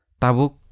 ...tabuk